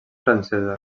francesa